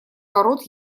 ворот